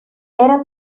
era